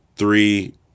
three